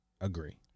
agree